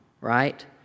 Right